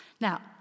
Now